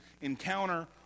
encounter